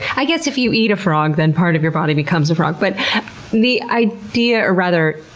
i guess if you eat a frog, then part of your body becomes a frog. but the idea, or rather,